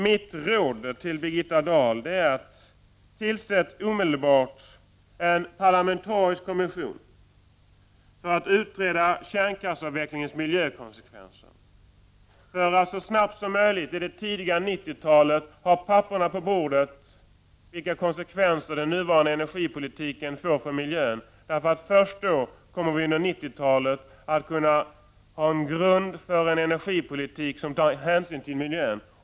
Mitt råd till Birgitta Dahl är: Tillsätt omedelbart en parlamentarisk kommission för att utreda kärnkraftsavvecklingens miljökonsekvenser för att så snabbt som möjligt, under det tidiga 90-talet, ha papper på bordet om vilka konsekvenser den nuvarande energipolitiken får för miljön. Först då kommer vi under 1990-talet att få en grund för en energipolitik som tar hänsyn till miljön.